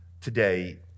today